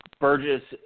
Burgess